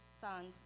sons